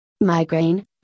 Migraine